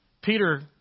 Peter